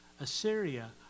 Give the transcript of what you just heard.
Assyria